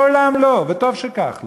מעולם לא, וטוב שכך.